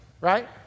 right